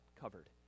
covered